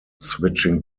switching